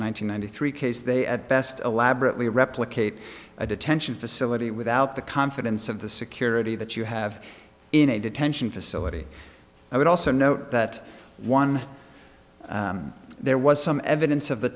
hundred three case they at best elaborately replicate a detention facility without the confidence of the security that you have in a detention facility i would also note that one there was some evidence of the